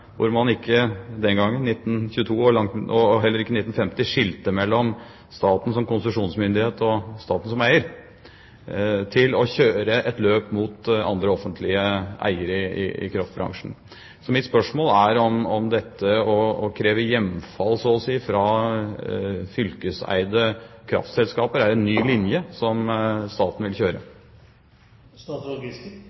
hvor man ikke den gangen, i 1922 og heller ikke i 1950, skilte mellom staten som konsesjonsmyndighet og staten som eier, til å kjøre et løp mot andre offentlige eiere i kraftbransjen. Mitt spørsmål er om det å kreve hjemfall så å si fra fylkeseide kraftselskaper er en ny linje som staten vil kjøre.